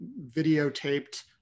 videotaped